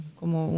como